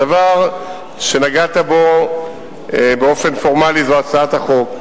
הדבר שנגעת בו באופן פורמלי זו הצעת החוק,